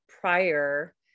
prior